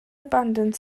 abandoned